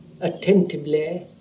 attentively